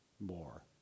more